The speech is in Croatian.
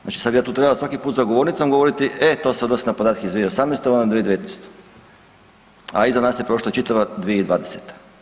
Znači sad bi ja tu trebao svaki put za govornicom govoriti e to se odnosi na podatke iz 2018. ovo na 2019., a iza nas je prošla čitava 2020.